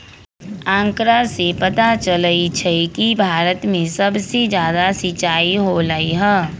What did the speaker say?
आंकड़ा से पता चलई छई कि भारत में सबसे जादा सिंचाई होलई ह